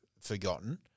forgotten